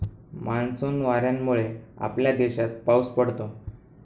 monsoon वाऱ्यांमुळे आपल्या देशात पाऊस पडतो